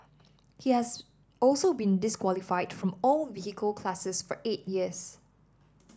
he has also been disqualified from all vehicle classes for eight years